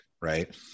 right